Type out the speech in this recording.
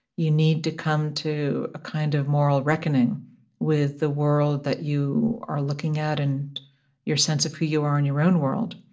you need to come to a kind of moral reckoning with the world that you are looking at and your sense of who you are in your own world.